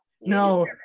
No